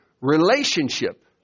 relationship